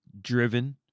driven